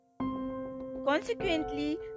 Consequently